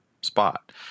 spot